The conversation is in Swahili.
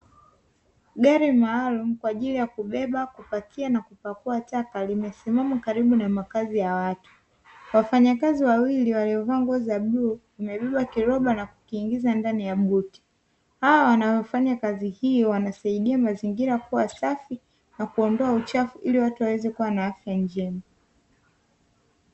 Gari maalumu kwa ajili ya kubeba, kupakia na kupakua taka limesimama karibu na makazi ya watu Wafanyakazi wawili waliovaa nguo za bluu, wamebeba kiroba na kukiingiza ndani ya mgodi. Hawa wanaofanya kazi hiyo wanasaidia mazingira kuwa safi na kuondoa uchafu ili watu waweze kuwa na afya njema.